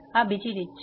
આ બીજી રીત છે